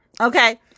Okay